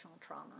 trauma